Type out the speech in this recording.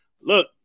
Look